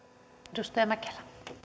arvoisa puhemies